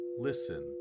listen